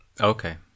Okay